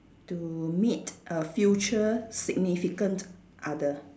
to meet a future significant other